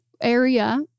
area